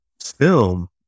film